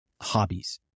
hobbies